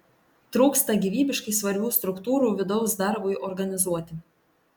trūksta gyvybiškai svarbių struktūrų vidaus darbui organizuoti